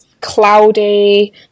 cloudy